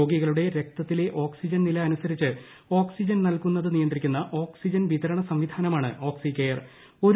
രോഗികളുടെ രക്തത്തിലെ ഓക്സിജൻ നില അനുസരിച്ച് ഓക്സിജൻ നൽകുന്നത് നിയന്ത്രിക്കുന്ന ഓക്സിജൻ വിതരണ സംവിധാനമാണ് ഓക്സി കെയർ